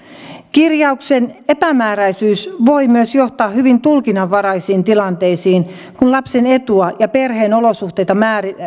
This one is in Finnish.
kirjauksen epämääräisyys voi myös johtaa hyvin tulkinnanvaraisiin tilanteisiin kun lapsen etua ja perheen olosuhteita